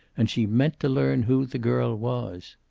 and she meant to learn who the girl was.